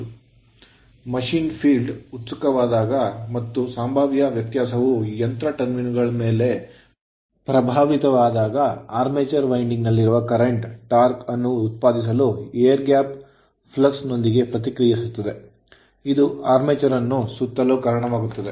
Machine field ಯಂತ್ರದ ಕ್ಷೇತ್ರವು ಉತ್ಸುಕವಾದಾಗ ಮತ್ತು ಸಂಭಾವ್ಯ ವ್ಯತ್ಯಾಸವು ಯಂತ್ರ ಟರ್ಮಿನಲ್ ಗಳ ಮೇಲೆ ಪ್ರಭಾವಿತವಾದಾಗ Armature winding ಆರ್ಮೇಚರ್ ವೈಂಡಿಂಗ್ ನಲ್ಲಿರುವ current ಕರೆಂಟ್ torque ಟಾರ್ಕ್ ಅನ್ನು ಉತ್ಪಾದಿಸಲು air gap ಗಾಳಿಯ ಅಂತರದ flux ಫ್ಲಕ್ಸ್ ನೊಂದಿಗೆ ಪ್ರತಿಕ್ರಿಯಿಸುತ್ತದೆ ಇದು armature ಆರ್ಮೇಚರ್ ಅನ್ನು ಸುತ್ತಲು ಕಾರಣವಾಗುತ್ತದೆ